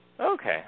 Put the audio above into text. Okay